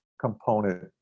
component